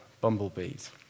bumblebees